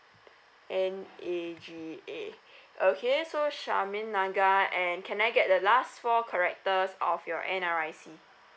N A G A okay so charmaine naga and can I get the last four characters of your N_R_I_C